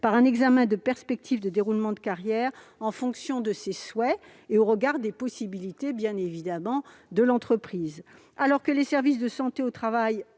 par un examen de perspective de déroulement de carrière, en fonction de ses souhaits et, bien évidemment, au regard des possibilités de l'entreprise. Alors que les services de santé au travail